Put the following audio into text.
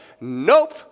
nope